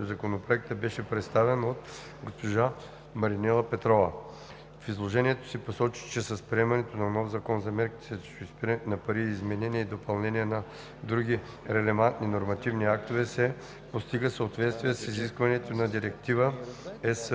Законопроектът беше представен от госпожа Маринела Петрова. В изложението си тя посочи, че с приемането на нов Закон за мерките срещу изпиране на пари и изменения и допълнения на други релевантни нормативни актове се постигна съответствие с изискванията на Директива (ЕС)